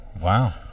Wow